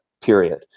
period